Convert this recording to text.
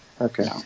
okay